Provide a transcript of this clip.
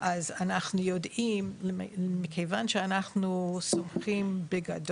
אז אנחנו יודעים מכיוון שאנחנו סומכים על